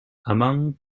among